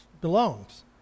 belongs